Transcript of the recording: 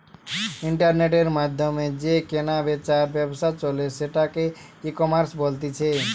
ইন্টারনেটের মাধ্যমে যে কেনা বেচার ব্যবসা চলে সেটাকে ইকমার্স বলতিছে